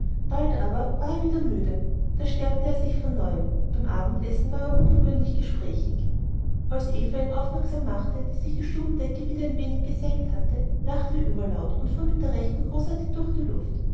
bald aber war er wieder müde da stärkte er sich von neuem beim abendessen war er ungewöhnlich gesprächig als eva ihn darauf aufmerksam machte daß sich die stubendecke wieder ein wenig gesenkt hatte lachte er überlaut und fuhr mit der rechten großartig durch die luft